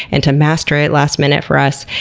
and to master it last minute for us.